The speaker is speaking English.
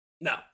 No